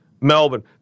Melbourne